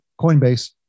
Coinbase